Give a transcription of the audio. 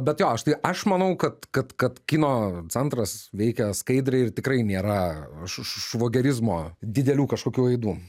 bet jo aš tai aš manau kad kad kad kino centras veikia skaidriai ir tikrai nėra švogerizmo didelių kažkokių aidų